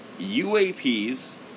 UAPs